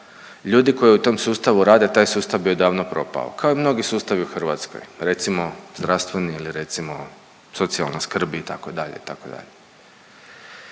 ljudi koji u tom sustavu rade taj sustav bi odavno propao kao i mnogi sustavi u Hrvatskoj, recimo zdravstveni ili recimo socijalna skrb itd.